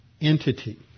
entity